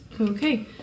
Okay